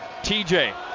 TJ